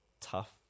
tough